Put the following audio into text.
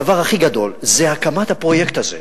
הדבר הכי גדול זה הקמת הפרויקט הזה,